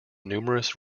numerous